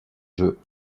jeux